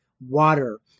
water